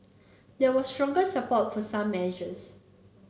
there was stronger support for some measures